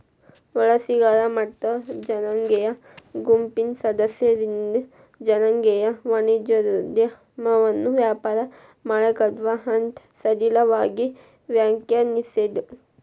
ವಲಸಿಗರ ಮತ್ತ ಜನಾಂಗೇಯ ಗುಂಪಿನ್ ಸದಸ್ಯರಿಂದ್ ಜನಾಂಗೇಯ ವಾಣಿಜ್ಯೋದ್ಯಮವನ್ನ ವ್ಯಾಪಾರ ಮಾಲೇಕತ್ವ ಅಂತ್ ಸಡಿಲವಾಗಿ ವ್ಯಾಖ್ಯಾನಿಸೇದ್